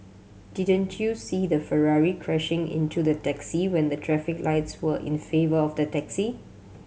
didn't you see the Ferrari crashing into the taxi when the traffic lights were in favour of the taxi